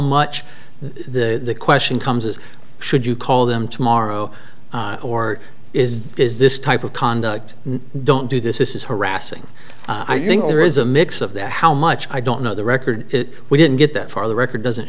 much the question comes is should you call them tomorrow or is this is this type of conduct don't do this is harassing i think there is a mix of the how much i don't know the record it we didn't get that far the record doesn't